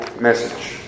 message